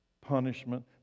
Punishment